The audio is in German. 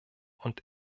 und